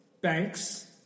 banks